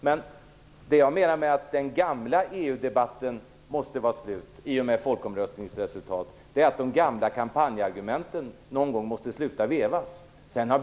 Vad jag menar med att den gamla EU-debatten måste vara slut i och med folkomröstningens resultat är att man någon gång måste sluta veva de gamla kampanjargumenten.